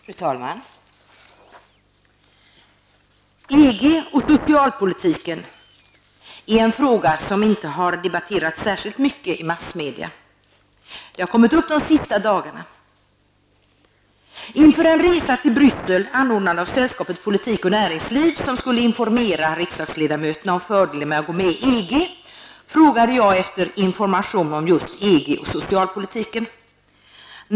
Fru talman! EG och socialpolitiken är en fråga som inte har debatterats särskilt mycket i massmedia; den har kommit upp de senaste dagarna. Politik och näringsliv, som skulle informera riksdagsledamöterna om fördelen med att gå med i EG, frågade jag efter information om just EG och socialpolitiken.